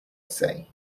say